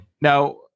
Now